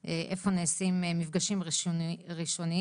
רגע,